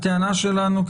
הטענה שלנו,